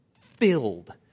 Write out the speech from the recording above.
filled